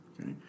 Okay